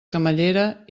camallera